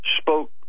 spoke